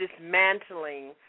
dismantling